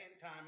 time